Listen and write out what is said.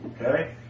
Okay